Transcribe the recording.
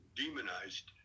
demonized